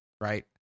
right